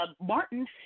Martin